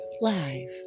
live